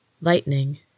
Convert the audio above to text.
lightning